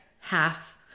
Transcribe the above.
half